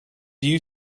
you